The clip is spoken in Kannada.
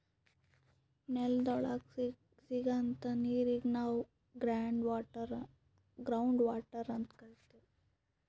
ನೆಲದ್ ಒಳಗ್ ಸಿಗಂಥಾ ನೀರಿಗ್ ನಾವ್ ಗ್ರೌಂಡ್ ವಾಟರ್ ಅಂತ್ ಕರಿತೀವ್